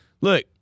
look